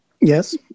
Yes